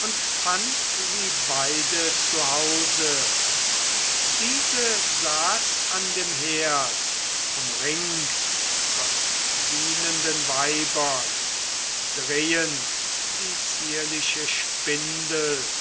und fand sie beide zu hause diese saß an dem herd umringt von dienenden weibern drehend die zierliche spindel